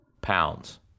pounds